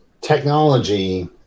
technology